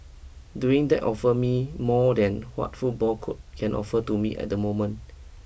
doing that offer me more than what football could can offer to me at the moment